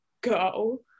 go